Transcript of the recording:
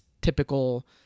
typical